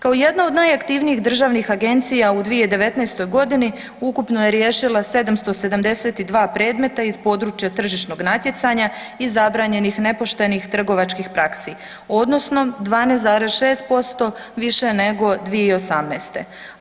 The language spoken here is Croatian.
Kao jedna od najaktivnijih državnih agencija u 2019. godini ukupno je riješila 772 predmeta iz područja tržišnog natjecanja i zabranjenih nepoštenih trgovačkih praksi odnosno 12,6% više nego 2018.-te.